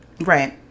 Right